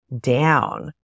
down